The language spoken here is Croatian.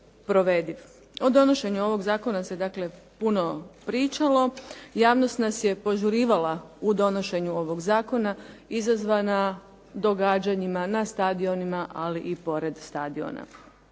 O donošenju ovog zakona se dakle puno pričalo. Javnost nas je požurivala u donošenju ovog zakona izazvana događanjima na stadionima, ali i pored stadiona.